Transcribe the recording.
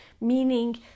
Meaning